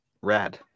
rad